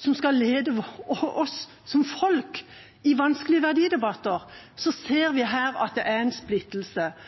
til å lede oss som folk i vanskelige verdidebatter, når vi ser at de er splittet, da kommer disse mishagsytringene lettere til syne. Jeg skulle ønske vi hadde en